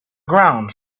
ground